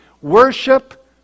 Worship